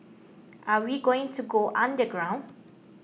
are we going to go underground